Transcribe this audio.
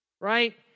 right